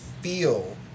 feel